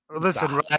Listen